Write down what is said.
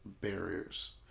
barriers